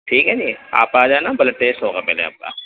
ٹھیک ہے جی آپ آ جانا بلڈ ٹیسٹ ہوگا پہلے آپ کا